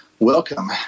welcome